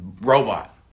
robot